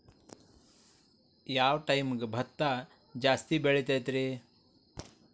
ಯಾವ ಟೈಮ್ಗೆ ಭತ್ತ ಜಾಸ್ತಿ ಬೆಳಿತೈತ್ರೇ?